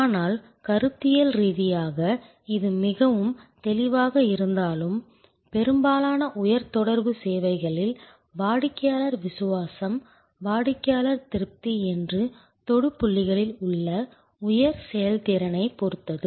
ஆனால் கருத்தியல் ரீதியாக இது மிகவும் தெளிவாக இருந்தாலும் பெரும்பாலான உயர் தொடர்பு சேவைகளில் வாடிக்கையாளர் விசுவாசம் வாடிக்கையாளர் திருப்தி என்பது தொடு புள்ளிகளில் உள்ள உயர் செயல்திறனைப் பொறுத்தது